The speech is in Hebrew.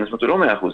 זה לא מאה אחוז,